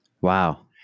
Wow